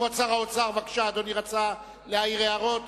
כבוד שר האוצר, בבקשה, אדוני רצה להעיר הערות.